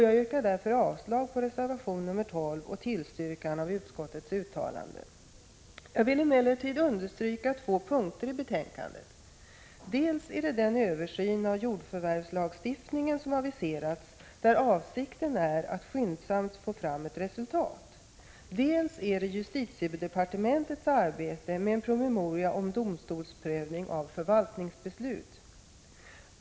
Jag yrkar därför avslag på reservation 12 och tillstyrker utskottets uttalande. Jag vill emellertid understryka två punkter i betänkandet. Dels är det den översyn av jordförvärvslagstiftningen som aviserats, där avsikten är att skyndsamt få fram ett resultat, dels är det justitiedepartementets arbete med en promemoria om domstolsprövning av förvaltningsbeslut.